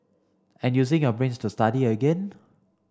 and using your brains to study again